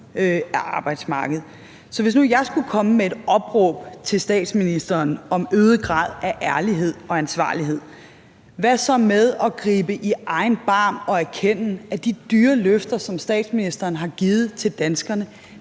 af arbejdsmarkedet. Så hvis nu jeg skulle komme med et opråb til statsministeren om en øget grad af ærlighed og ansvarlighed, ville det lyde: Hvad med at gribe i egen barm og erkende, at de dyre løfter, som statsministeren har givet til danskerne,